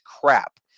crap